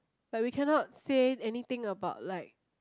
like we cannot say anything about like